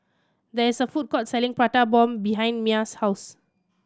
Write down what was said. there is a food court selling Prata Bomb behind Mia's house